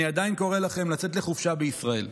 עדיין קורא לכם לצאת לחופשה בישראל.